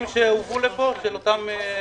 כשאנחנו מוציאים הוראות רגולציה ואנו עושים את זה לא מעט